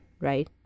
right